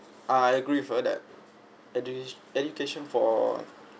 I agree with her that edu~ education for